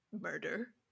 murder